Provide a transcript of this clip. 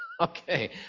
Okay